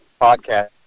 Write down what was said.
podcast